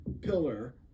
pillar